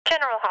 General